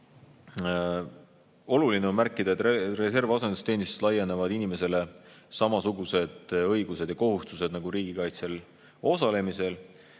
Oluline on märkida, et reservasendusteenistuses laienevad inimesele samasugused õigused ja kohustused nagu riigikaitses osalemisel,